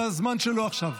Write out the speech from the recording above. זה הזמן שלו עכשיו.